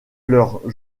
leurs